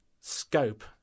scope